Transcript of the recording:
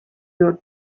your